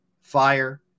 fire